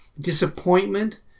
disappointment